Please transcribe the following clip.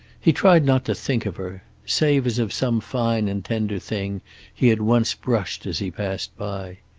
he tried not to think of her, save as of some fine and tender thing he had once brushed as he passed by.